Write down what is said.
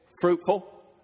fruitful